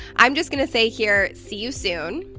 i'm just gonna say here, see you soon,